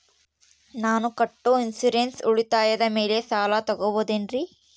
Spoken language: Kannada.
ನಾನು ಕಟ್ಟೊ ಇನ್ಸೂರೆನ್ಸ್ ಉಳಿತಾಯದ ಮೇಲೆ ಸಾಲ ತಗೋಬಹುದೇನ್ರಿ?